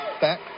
Back